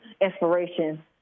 inspiration